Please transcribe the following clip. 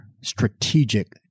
strategic